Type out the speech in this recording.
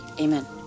Amen